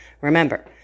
Remember